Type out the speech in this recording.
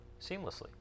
seamlessly